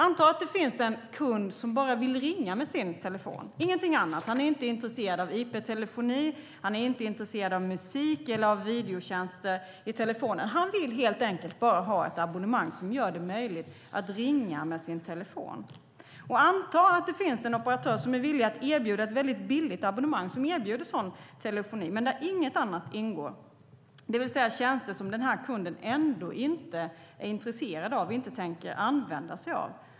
Anta att det finns en kund som bara vill ringa med sin telefon, ingenting annat. Han är inte intresserad av IP-telefoni eller av musik och videotjänster i telefonen. Han vill helt enkelt bara ha ett abonnemang som gör det möjligt att ringa med telefonen. Anta att det då finns en operatör som är villig att erbjuda ett väldigt billigt abonnemang för sådan telefoni där det inte ingår några andra tjänster, som kunden ändå inte är intresserad av och inte tänker använda sig av.